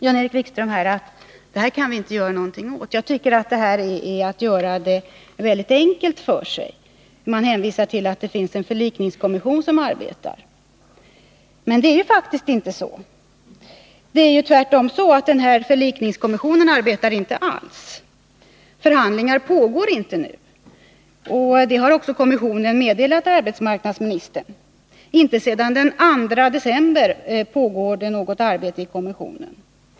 Jan-Erik Wikström sade att man inte kan göra någonting åt det här. Enligt min mening är detta att göra det väldigt enkelt för sig. Det hänvisas till att en förlikningskommission arbetar, men det är faktiskt inte så — förlikningskommissionen arbetar inte alls. Förhandlingar pågår inte. Kommissionen har också meddelat arbetsmarknadsministern detta. Sedan den 2 december pågår inget arbete i kommissionen.